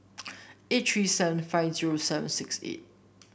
eight three seven five zero seven six eight